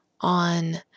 on